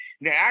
now